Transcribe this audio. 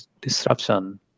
disruption